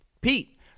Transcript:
Pete